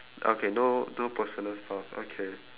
okay no no personal stuff okay